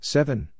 Seven